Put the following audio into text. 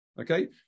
Okay